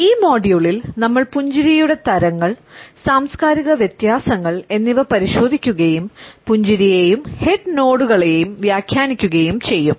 ഈ മൊഡ്യൂളിൽ നമ്മൾ പുഞ്ചിരിയുടെ തരങ്ങൾ സാംസ്കാരിക വ്യത്യാസങ്ങൾ എന്നിവ പരിശോധിക്കുകയും പുഞ്ചിരിയെയും ഹെഡ് നോഡുകളെയും വ്യാഖ്യാനിക്കുകയും ചെയ്യും